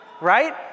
right